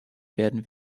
werden